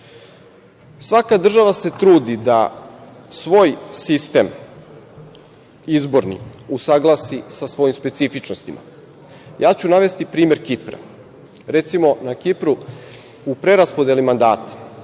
njih. Svaka država se trudi da svoj izborni sistem usaglasi sa svojim specifičnostima. Ja ću navesti primer Kipra. Recimo, na Kipru u preraspodeli mandata